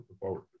forward